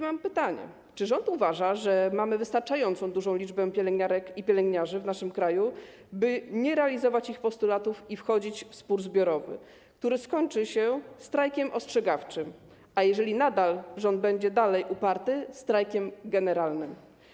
mam pytanie: Czy rząd uważa, że mamy wystarczająco dużą liczbę pielęgniarek i pielęgniarzy w naszym kraju, by nie realizować ich postulatów i wchodzić w spór zbiorowy, który skończy się strajkiem ostrzegawczym, a jeżeli rząd będzie dalej uparty - strajkiem generalnym?